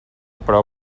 prou